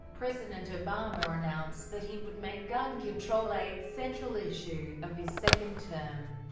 president obama announced that he would make gun control a central issue of his second term,